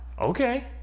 Okay